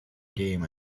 game